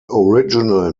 original